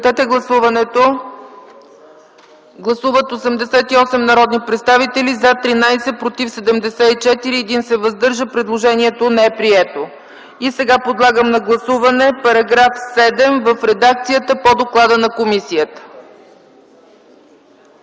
Не. Подлагам на гласуване § 28 в редакцията по доклада на комисията.